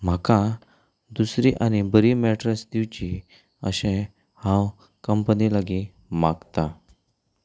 म्हाका दुसरी आनी बरी मेटरस दिवची अशें हांव कंपनी लागीं मागतां